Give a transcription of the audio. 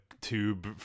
tube